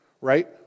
right